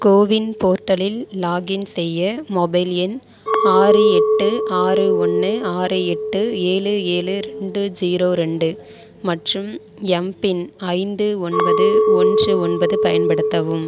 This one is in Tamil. கோவின் போர்ட்டலில் லாகின் செய்ய மொபைல் எண் ஆறு எட்டு ஆறு ஒன்று ஆறு எட்டு ஏழு ஏழு ரெண்டு ஜீரோ ரெண்டு மற்றும் எம்பின் ஐந்து ஒன்பது ஒன்று ஒன்பது பயன்படுத்தவும்